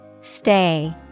Stay